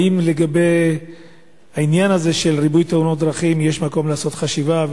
האם לגבי העניין הזה של ריבוי תאונות דרכים יש מקום לעשות חשיבה,